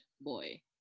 boy